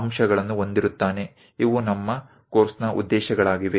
આ આપણા અભ્યાસક્રમના ઉદ્દેશો છે